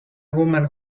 woman